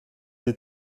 des